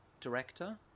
director